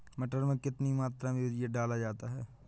मटर में कितनी मात्रा में यूरिया डाला जाता है?